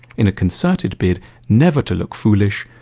in a concerted bid never to look foolish,